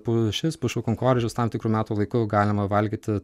pušis pušų kankorėžius tam tikru metų laiku galima valgyti